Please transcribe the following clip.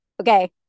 okay